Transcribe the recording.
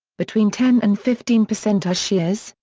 between ten and fifteen percent are shias,